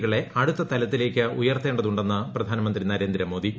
കളെ അടുത്ത തലത്തിലേയ്ക്ക് ഉയർത്തേണ്ടതുണ്ടെന്ന് പ്രധാനമന്ത്രി നരേന്ദ്ര മോദി